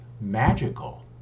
magical